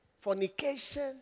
fornication